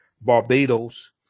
Barbados